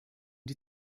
die